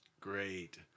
Great